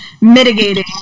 mitigating